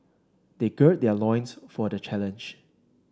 they gird their loins for the challenge